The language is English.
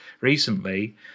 recently